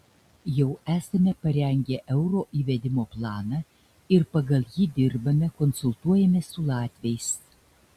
jau esame parengę euro įvedimo planą ir pagal jį dirbame konsultuojamės su latviais